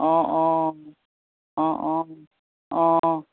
অঁ অঁ অঁ অঁ অঁ